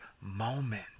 moment